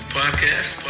podcast